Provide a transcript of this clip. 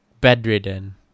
bedridden